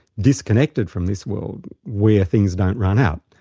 disconnected from this world where things don't run out.